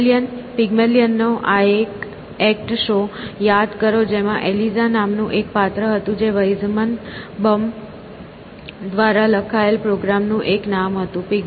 Pygmalion પિગમેલિયનનો આ એક એકટ શો યાદ કરો જેમાં એલિઝા નામનું એક પાત્ર હતું જે વૈઝનબમ દ્વારા લખાયેલ પ્રોગ્રામનું એક નામ હતું